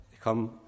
come